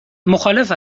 مخالف